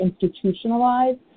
institutionalized